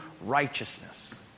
righteousness